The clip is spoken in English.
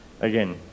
Again